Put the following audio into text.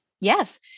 Yes